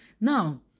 Now